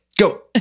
Go